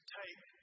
take